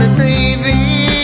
baby